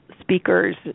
speakers